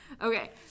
Okay